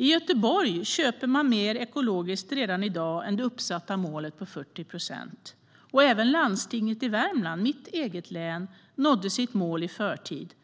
I Göteborg köper man mer ekologiskt redan i dag än det uppsatta målet på 40 procent. Även landstinget i Värmland, mitt eget hemlän, nådde sitt mål i förtid.